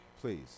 please